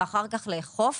לאכוף